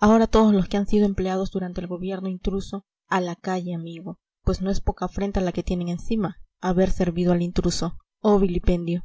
ahora todos los que han sido empleados durante el gobierno intruso a la calle amigo pues no es poca afrenta la que tienen encima haber servido al intruso oh vilipendio